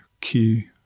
key